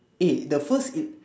eh the first is